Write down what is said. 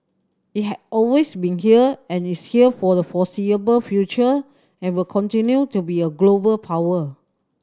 it had always been here and it's here for the foreseeable future and will continue to be a global power